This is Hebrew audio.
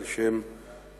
על שם סבי